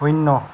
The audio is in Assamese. শূন্য